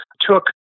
took